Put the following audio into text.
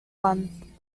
one